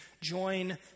join